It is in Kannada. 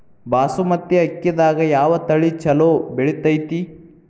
ಬಾಸುಮತಿ ಅಕ್ಕಿದಾಗ ಯಾವ ತಳಿ ಛಲೋ ಬೆಳಿತೈತಿ?